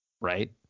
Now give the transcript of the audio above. right